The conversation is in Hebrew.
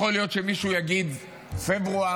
יכול להיות שמישהו יגיד פברואר,